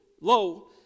Lo